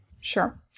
Sure